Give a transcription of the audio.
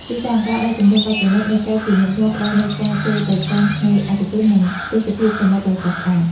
ទីតាំង ការបោះជំរំបែបប្រណីត នៅកែបជាញឹកញាប់ផ្តល់នូវការចូលទៅកាន់ឆ្នេរឯកជន និងទេសភាពសមុទ្រដ៏ស្រស់ស្អាត។